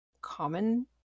common